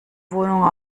wohnung